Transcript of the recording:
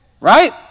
Right